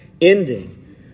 ending